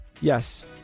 Yes